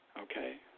okay